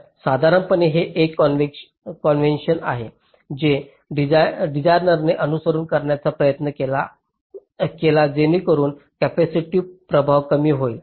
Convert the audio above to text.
तर साधारणपणे हे एक कॉन्व्हेंशन आहे जे डिझाइनरने अनुसरण करण्याचा प्रयत्न केला जेणेकरून कॅपेसिटिव्ह प्रभाव कमी होईल